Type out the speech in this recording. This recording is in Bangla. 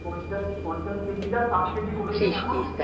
পঞ্চাশ পঞ্চাশ কেজিটা ষাট কেজি করে দিন এখন